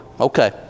Okay